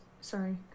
sorry